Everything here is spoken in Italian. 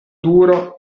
duro